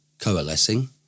coalescing